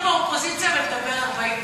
להיות באופוזיציה ולדבר 40 דקות.